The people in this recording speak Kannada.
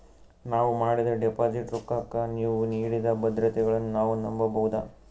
ನಾವು ಮಾಡಿದ ಡಿಪಾಜಿಟ್ ರೊಕ್ಕಕ್ಕ ನೀವು ನೀಡಿದ ಭದ್ರತೆಗಳನ್ನು ನಾವು ನಂಬಬಹುದಾ?